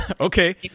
Okay